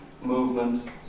movements